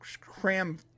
cram